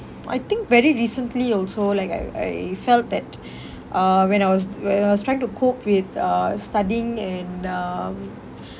I think very recently also like I I felt that uh when I was when I was trying to cope with uh studying and uh